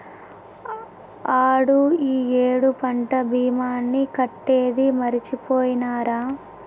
ఆడు ఈ ఏడు పంట భీమాని కట్టేది మరిచిపోయినారా